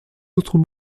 autres